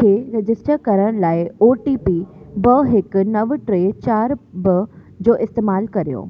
खे रजिस्टर करण लाइ ओ टी पी ॿ हिकु नव टे चारि ॿ जो इस्तेमालु करियो